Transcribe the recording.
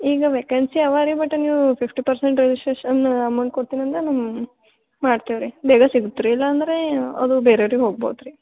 ಈಗ ವೇಕೆನ್ಸಿ ಅವಾ ರೀ ಬಟ್ ನೀವು ಫಿಫ್ಟಿ ಪರ್ಸೆಂಟ್ ರಿಜಿಸ್ಟ್ರೇಷನ್ ಅಮೌಂಟ್ ಕೊಡ್ತೀನಿ ಅಂದ್ರೆ ನಾನು ಮಾಡ್ತೀವ್ರಿ ಬೇಗ ಸಿಗುತ್ರಿ ಇಲ್ಲ ಅಂದ್ರೆ ಅದು ಬೇರೇವ್ರಿಗೆ ಹೋಗ್ಬೋದ್ರಿ